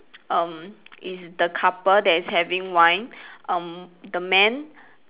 um is the couple that is having wine um the man